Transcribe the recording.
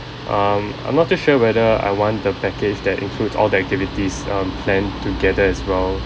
um I'm not too sure whether I want the package that includes all the activities um planned together as well